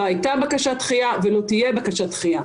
לא הייתה בקשת דחייה ולא תהיה בקשת דחייה.